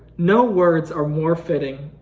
no words are more fitting.